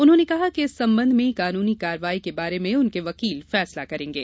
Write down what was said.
उन्होंने कहा कि इस संबंध में कानूनी कार्रवाई के बारे में उनके वकील फैसला करेंगे